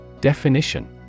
Definition